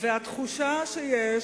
והתחושה שיש,